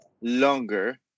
longer